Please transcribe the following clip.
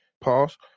Pause